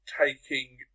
taking